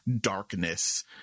darkness